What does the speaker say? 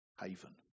haven